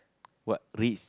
what risk